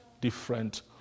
different